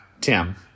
Tim